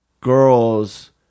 girls